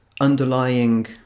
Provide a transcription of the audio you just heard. underlying